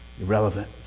irrelevant